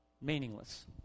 meaningless